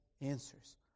Answers